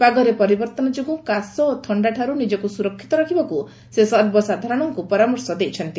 ପାଗରେ ପରିବର୍ତ୍ତନ ଯୋଗୁ କାଶ ଓ ଥଣାଠାରୁ ନିଜକ୍ ସୁରକ୍ଷିତ ରଖିବାକୁ ସେ ସର୍ବସାଧାରଣଙ୍କୁ ପରାମର୍ଶ ଦେଇଛନ୍ତି